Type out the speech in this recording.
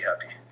happy